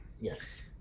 yes